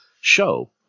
show